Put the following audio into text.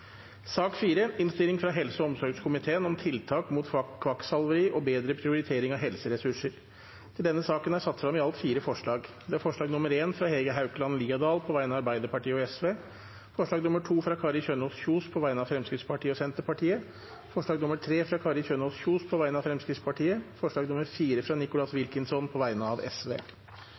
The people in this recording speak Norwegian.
forslag. Det er forslag nr. 1, fra Hege Haukeland Liadal på vegne av Arbeiderpartiet og Sosialistisk Venstreparti forslag nr. 2, fra Kari Kjønaas Kjos på vegne av Fremskrittspartiet og Senterpartiet forslag nr. 3, fra Kari Kjønaas Kjos på vegne av Fremskrittspartiet forslag nr.4, fra Nicholas Wilkinson på vegne av